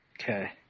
Okay